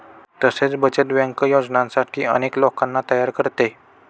तसेच बचत बँक योजनांसाठी अनेक लोकांना तयार करते